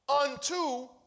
unto